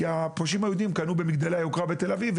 כי הפושעים היהודים קנו במגדלי היוקרה בתל אביב,